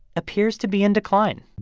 appears to be in decline